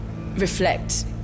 reflect